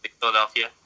philadelphia